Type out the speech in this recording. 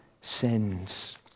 sins